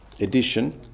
edition